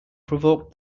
provoked